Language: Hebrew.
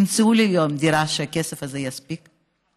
תמצאו לי היום דירה שהכסף הזה יספיק לה.